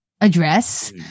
address